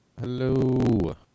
hello